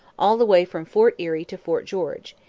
all the way from fort erie to fort george,